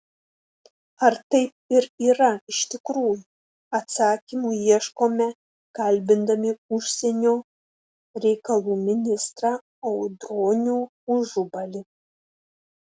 ar taip ir yra iš tikrųjų atsakymų ieškome kalbindami užsienio reikalų ministrą audronių ažubalį